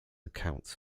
accounts